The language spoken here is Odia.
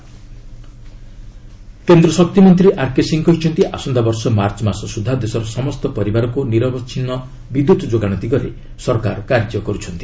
ଇଲେକ୍ରିସିଟି କେନ୍ଦ୍ର ଶକ୍ତିମନ୍ତ୍ରୀ ଆର୍କେ ସିଂହ କହିଛନ୍ତି ଆସନ୍ତା ବର୍ଷ ମାର୍ଚ୍ଚ ମାସ ସୁଦ୍ଧା ଦେଶର ସମସ୍ତ ପରିବାରକୁ ନିରବଚ୍ଛିନ୍ନ ବିଦ୍ୟୁତ୍ ଯୋଗାଣ ଦିଗରେ ସରକାର କାର୍ଯ୍ୟ କରୁଛନ୍ତି